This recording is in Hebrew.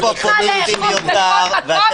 המשטרה צריכה לאכוף בכל מקום,